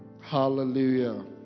hallelujah